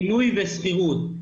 בינוי ושכירות,